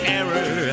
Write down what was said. error